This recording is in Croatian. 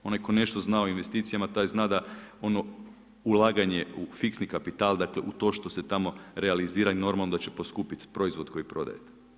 Onaj koji nešto zna o investicijama, taj zna da ono ulaganje u fiksni kapital, dakle u to što se tamo realizira i normalno da će poskupiti proizvod koji prodajete.